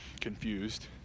confused